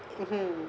mmhmm